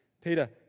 Peter